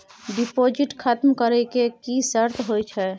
Deposit खतम करे के की सर्त होय छै?